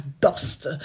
dust